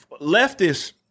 leftists